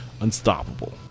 unstoppable